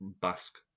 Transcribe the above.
Basque